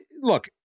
Look